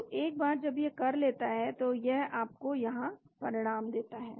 तो एक बार जब यह कर लेता है तो यह आपको यहाँ परिणाम देता है